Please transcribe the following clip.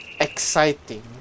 exciting